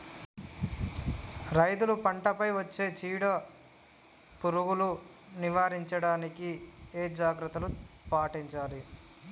రైతులు పంట పై వచ్చే చీడ పురుగులు నివారించడానికి ఏ జాగ్రత్తలు పాటించాలి?